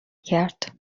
کرد